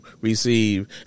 receive